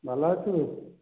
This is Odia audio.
ଭଲ ଅଛୁ